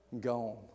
gone